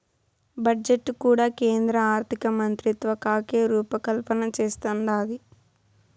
budget కూడా కేంద్ర ఆర్థికమంత్రిత్వకాకే రూపకల్పన చేస్తందాది